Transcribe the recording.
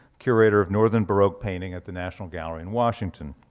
curator of northern baroque painting at the national gallery in washington.